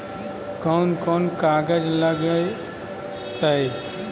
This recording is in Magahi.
कौन कौन कागज लग तय?